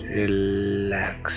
relax